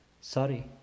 Sorry